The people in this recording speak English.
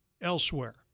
elsewhere